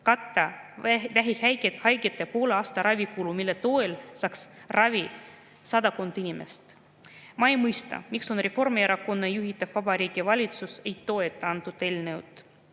katta vähihaigete poole aasta ravikulu. Selle toel saaks ravi sadakond inimest. Ma ei mõista, miks Reformierakonna juhitav Vabariigi Valitsus ei toeta seda eelnõu.